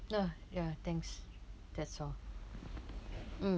uh ya thanks that's all mm